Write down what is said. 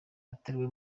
atariwe